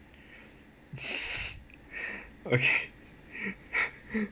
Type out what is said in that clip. okay